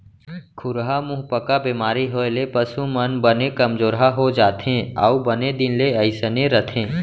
खुरहा मुहंपका बेमारी होए ले पसु मन बने कमजोरहा हो जाथें अउ बने दिन ले अइसने रथें